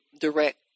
direct